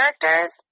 characters